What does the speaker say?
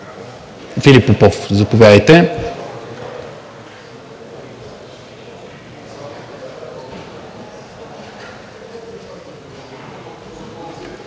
Филип Попов – заповядайте.